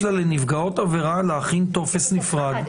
לה להכין לנפגעות עבירה טופס נפרד.